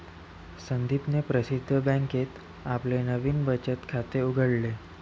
संदीपने प्रसिद्ध बँकेत आपले नवीन बचत खाते उघडले